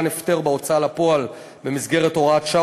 הפטר בהוצאה לפועל במסגרת הוראת שעה,